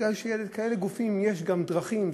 כי לכאלה גופים יש גם דרכים,